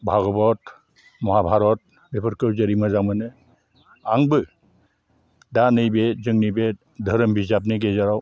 भागवात महाभारत बेफोरखौ जेरै मोजां मोनो आंबो दा नैबे जोंनि बे धोरोम बिजाबनि गेजेराव